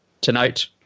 tonight